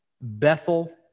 Bethel